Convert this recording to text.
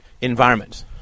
environment